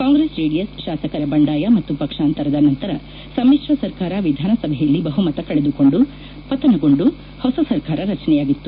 ಕಾಂಗ್ರೆಸ್ ಜೆಡಿಎಸ್ ಶಾಸಕರ ಬಂಡಾಯ ಮತ್ತು ಪಕ್ಷಾಂತರದ ನಂತರ ಸಮ್ಮಿಶ್ರ ಸರ್ಕಾರ ವಿಧಾನಸಭೆಯಲ್ಲಿ ಬಹುಮತ ಕಳೆದುಕೊಂಡು ಪತನಗೊಂದು ಹೊಸ ಸರ್ಕಾರ ರಚನೆಯಾಗಿತ್ತು